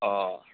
अह